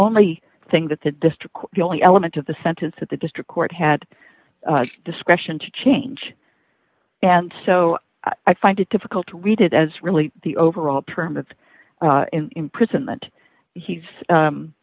only thing that the district the only element of the sentence that the district court had discretion to change and so i find it difficult to read it as really the overall permits in prison that he's